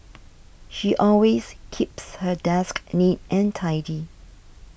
she always keeps her desk neat and tidy